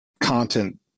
content